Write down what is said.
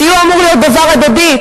סיוע אמור להיות דבר הדדי,